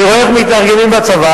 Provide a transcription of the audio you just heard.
אני רואה איך מתארגנים בצבא,